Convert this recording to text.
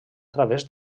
través